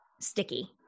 sticky